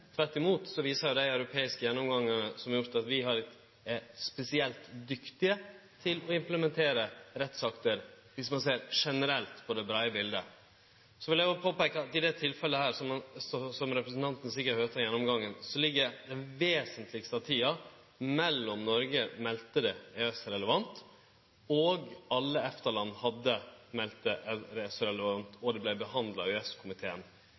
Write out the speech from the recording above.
Tvert imot viser europeisk gjennomgang som har vorte gjord, at vi er spesielt dyktige til å implementere rettsakter, viss ein ser generelt på det breie biletet. Så vil eg òg peike på at i dette tilfellet, som representanten sikkert høyrde av gjennomgangen, gjekk det mest tid frå Noreg melde det EØS-relevant og alle EFTA-land hadde meldt det EØS-relevant, til det vart behandla